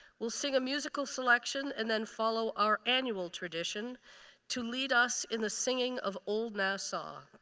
will sing a musical selection and then follow our annual tradition to lead us in the singing of old nassau.